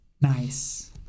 Nice